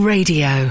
Radio